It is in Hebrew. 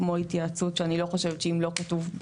כמו התייעצות שאני לא חושבת שאם לא כתובה